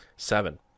Seven